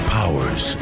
powers